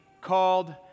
called